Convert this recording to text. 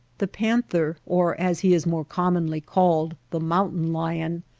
the panther, or as he is more commonly called, the mountain lion,